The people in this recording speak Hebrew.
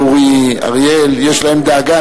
אורי אריאל, יש להם דאגה.